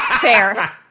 Fair